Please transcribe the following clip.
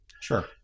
Sure